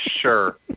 Sure